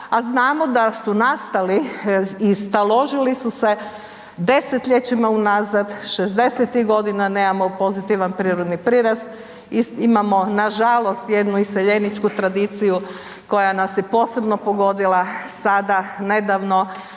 a znamo da su nastali i staložili su se desetljećima unazad, 60-ih godina nemamo pozitivni prirodni prirast, imamo nažalost jednu iseljeničku tradiciju koja nas je posebno pogodila sada nedavno